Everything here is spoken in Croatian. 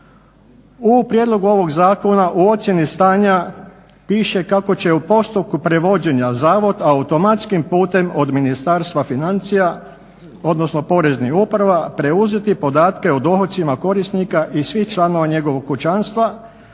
U prijedlogu ovoga zakona u ocjeni stanja piše kako će u postupku prevođenja zavod automatskim putem od Ministarstva financija odnosno poreznih uprava preuzeti podatke o dohocima korisnika i svih članova njegovog kućanstva,